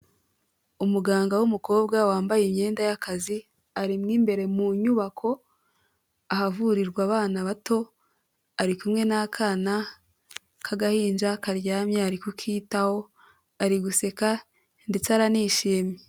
Umuganga w'umukobwa wambaye imyenda y'akazi, ari mu imbere mu nyubako, ahavurirwa abana bato, ari kumwe n'akana k'agahinja, karyamye, ari kukitaho, ari guseka, ndetse aranishimye.